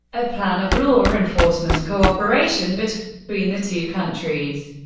a plan of law enforcement cooperation but between the two countries.